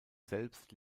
selbst